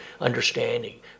understanding